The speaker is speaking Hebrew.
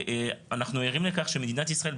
אני ערים לכך שמדינת ישראל,